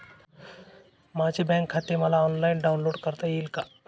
माझे बँक खाते मला ऑनलाईन डाउनलोड करता येईल का?